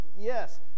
Yes